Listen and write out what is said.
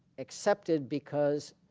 accepted because